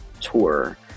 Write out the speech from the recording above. Tour